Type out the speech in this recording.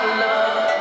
love